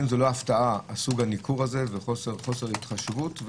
זה לא הפתעה הניכור הזה וחוסר ההתחשבות,